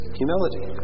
humility